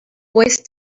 voice